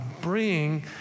bring